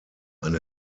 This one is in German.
eine